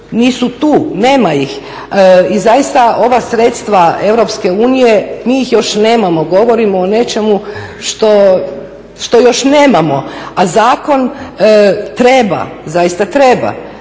nisu tu, nema ih. I zaista ova sredstva EU mi ih još nemamo, govorio o nečemu što još nemamo, a zakon treba zaista treba.